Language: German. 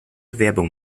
werbung